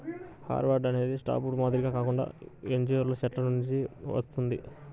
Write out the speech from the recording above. hardwood అనేది softwood మాదిరిగా కాకుండా యాంజియోస్పెర్మ్ చెట్ల నుండి వస్తుంది